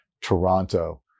Toronto